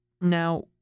Now